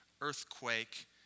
earthquake